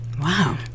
Wow